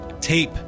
tape